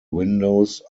windows